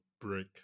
break